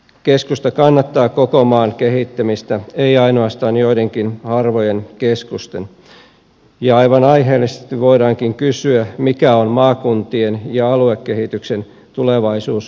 keskusta kannattaa koko maan kehittämistä ei ainoastaan joidenkin harvojen keskusten ja aivan aiheellisesti voidaankin kysyä mikä on maakuntien ja aluekehityksen tulevaisuus suomessa